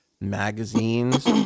magazines